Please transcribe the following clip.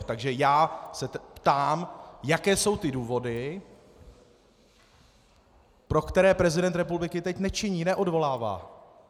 Takže já se ptám, jaké jsou ty důvody, pro které prezident republiky teď nečiní, neodvolává.